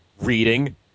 Reading